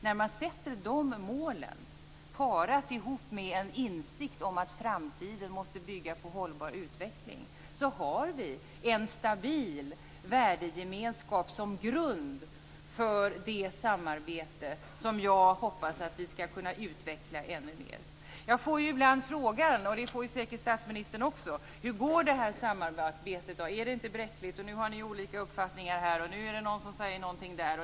När man sätter de målen, parat med en insikt om att framtiden måste bygga på hållbar utveckling, har vi en stabil värdegemenskap som grund för det samarbete som jag hoppas att vi skall kunna utveckla ännu mer. Jag får ibland frågan, och det får säkert statsministern också: Hur går samarbetet? Är det inte bräckligt? Nu har ni olika uppfattningar här, nu är det någon som säger någonting där.